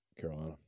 Carolina